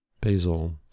Basil